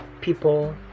people